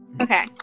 Okay